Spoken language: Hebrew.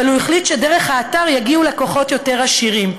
אבל הוא החליט שדרך האתר יגיעו לקוחות יותר עשירים.